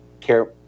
care